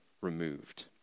removed